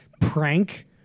prank